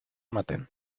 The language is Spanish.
maten